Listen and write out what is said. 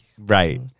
right